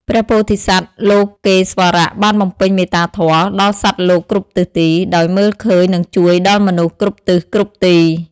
ព្រះពោធិសត្វ លោកេស្វរៈ បានបំពេញមេត្តាធម៌ដល់សត្វលោកគ្រប់ទិសទី ដោយមើលឃើញនិងជួយដល់មនុស្សគ្រប់ទិសគ្រប់ទី។